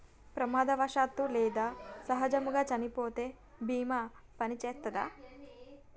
ప్రమాదవశాత్తు లేదా సహజముగా చనిపోతే బీమా పనిచేత్తదా?